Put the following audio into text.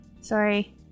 Sorry